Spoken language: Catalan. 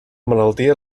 malaltia